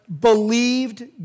believed